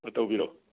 ꯑꯥ ꯇꯧꯕꯤꯔꯛꯎ